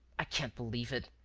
i can't believe it.